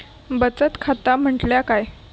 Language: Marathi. बचत खाता म्हटल्या काय?